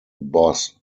boss